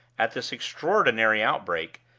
at this extraordinary outbreak,